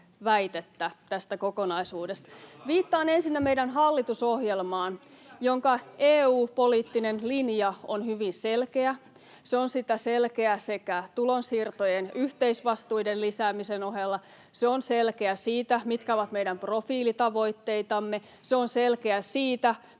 tästä kokonaisuudesta. Viittaan ensinnä meidän hallitusohjelmaamme, [Anne Kalmarin välihuuto] jonka EU-poliittinen linja on hyvin selkeä. Se on selkeä sekä tulonsiirtojen että yhteisvastuiden [Annika Saarikon välihuuto] lisäämisen osalta. Se on selkeä siinä, mitkä ovat meidän profiilitavoitteitamme. Se on selkeä siinä,